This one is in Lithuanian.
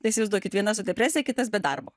tai įsivaizduokit viena su depresija kitas be darbo